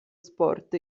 sport